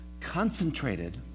concentrated